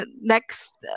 next